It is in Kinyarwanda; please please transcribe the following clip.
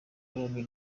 waranzwe